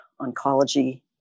oncology